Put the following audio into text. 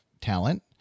talent